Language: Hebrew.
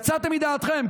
יצאתם מדעתכם,